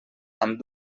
amb